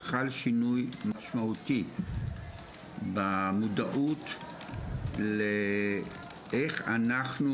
בשנים האחרונות חל שינוי ניכר במודעות איך אנחנו